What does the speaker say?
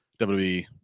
WWE